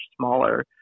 smaller